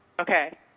okay